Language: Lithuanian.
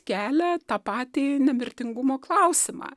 kelia tą patį nemirtingumo klausimą